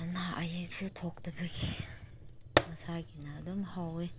ꯑꯅꯥ ꯑꯌꯦꯛꯁꯨ ꯊꯣꯛꯇꯕꯒꯤ ꯃꯁꯥꯒꯤꯅ ꯑꯗꯨꯝ ꯍꯥꯎꯏ